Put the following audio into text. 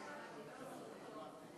התשע"ז 2017, נתקבל.